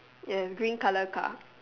yes green colour car